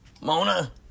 Mona